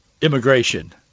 immigration